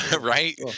Right